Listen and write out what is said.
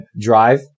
drive